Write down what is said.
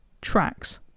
tracks